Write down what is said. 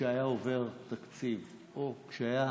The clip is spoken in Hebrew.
כשהיה עובר תקציב או כשהיה